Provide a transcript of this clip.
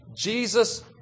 Jesus